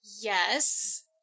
Yes